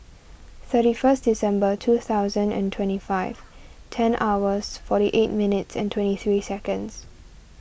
thirty first December two thousand and twenty five ten hours forty eight minutes and twenty three seconds